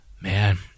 Man